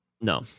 no